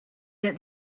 that